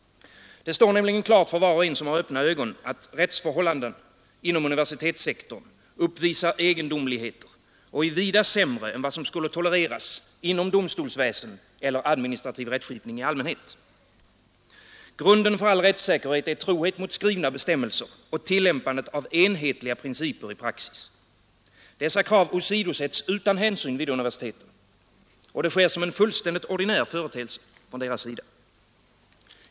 Det står nämligen klart för var och en som har öppna ögon, att rättsförhållandena inom universitetssektorn uppvisar egendomligheter och är vida sämre än vad som skulle tolereras inom domstolsväsen eller administrativ rättskipning i allmänhet. Grunden för all rättssäkerhet är trohet mot skrivna bestämmelser och tillämpandet av enhetliga principer i praxis. Dessa krav åsidosätts utan hänsyn vid universiteten. Och det sker som en fullständigt ordinär företeelse från deras sida.